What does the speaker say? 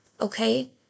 okay